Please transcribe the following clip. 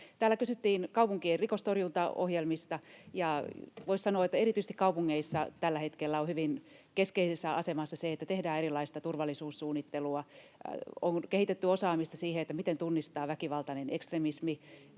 Täällä kysyttiin kaupunkien rikostorjuntaohjelmista, ja voisi sanoa, että erityisesti kaupungeissa tällä hetkellä on hyvin keskeisessä asemassa se, että tehdään erilaista turvallisuussuunnittelua. On kehitetty osaamista siihen, miten tunnistaa väkivaltainen ekstremismi